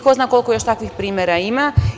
Ko zna koliko još takvih primera ima?